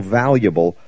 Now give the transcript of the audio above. valuable